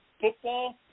football